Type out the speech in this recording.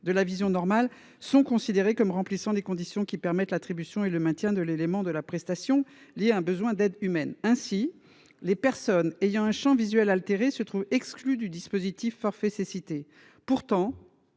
de la vision normale, sont considérées comme remplissant les conditions qui permettent l’attribution et le maintien de l’élément de la prestation lié à un besoin d’aides humaines. » Ainsi, les personnes ayant un champ visuel altéré se trouvent exclues du dispositif de forfait cécité. Pourtant,